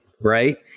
right